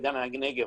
עידן הנגב,